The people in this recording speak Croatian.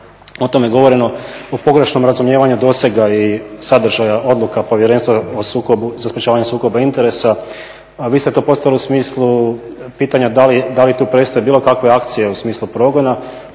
o tome govoreno u pogrešnom razumijevanju dosega i sadržaja odluka o Povjerenstvu za sprječavanje sukoba interesa a vi ste to postavili u smislu pitanja da li tu prestaju bilo kakve akcije u smislu progona.